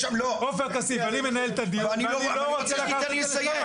אני לא רוצה --- תן לי לסיים.